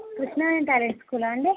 కృష్ట talent స్కూలా అండి